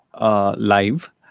live